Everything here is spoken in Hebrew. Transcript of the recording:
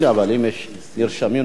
אבל יש נרשמים נוספים.